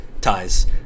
ties